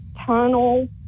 tunnel